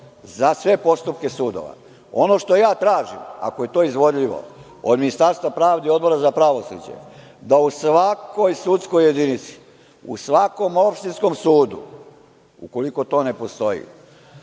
za sve postupke sudova? Ono što ja tražim, ako je to izvodljivo, od Ministarstva pravde i Odbora za pravosuđe, da u svakoj sudskoj jedinici, u svakom opštinskom sudu, ukoliko to ne postoji,